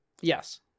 Yes